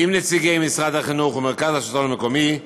עם נציגי משרד החינוך ומרכז השלטון המקומי,